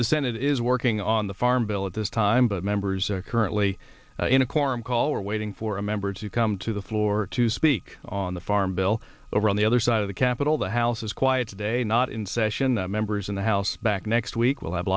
the senate is working on the farm bill at this time but members are currently in a quorum call or waiting for a member to come to the floor to speak on the farm bill over on the other side of the capitol the house is quiet today not in session that members in the house back next week we'll have